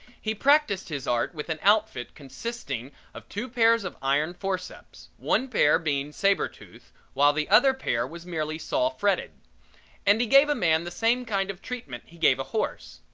he practiced his art with an outfit consisting of two pairs of iron forceps one pair being saber-toothed while the other pair was merely saw-fretted and he gave a man the same kind of treatment he gave a horse,